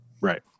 right